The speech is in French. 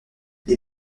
les